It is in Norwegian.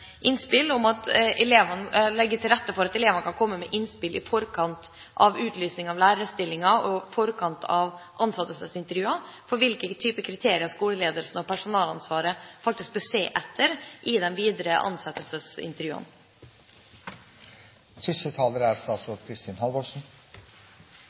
innspill om å legge til rette for at elevene kan komme med innspill i forkant av utlysning av lærerstillinger og i forkant av ansettelsesintervjuer om hvilke kriterier skoleledelsen og personalansvarlige faktisk bør se etter i de videre ansettelsesintervjuene. Jeg takker for en god debatt som gjør det veldig klart at det er